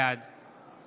בעד